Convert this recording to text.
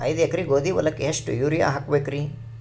ಐದ ಎಕರಿ ಗೋಧಿ ಹೊಲಕ್ಕ ಎಷ್ಟ ಯೂರಿಯಹಾಕಬೆಕ್ರಿ?